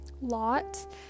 Lot